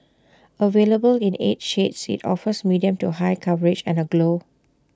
available in eight shades IT offers medium to high coverage and A glow